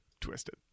twisted